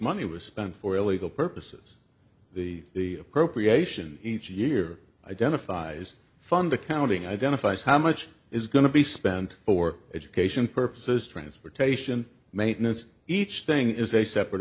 money was spent for illegal purposes the the appropriation each year identifies fund accounting identifies how much is going to be spent for education purposes transportation maintenance each thing is a separate